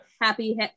happy